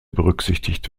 berücksichtigt